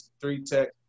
three-tech